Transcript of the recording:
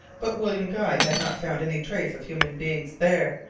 but william guy had not found any trace of human beings there,